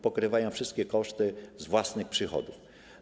Pokrywają wszystkie koszty z własnych przychodów.